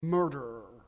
murderer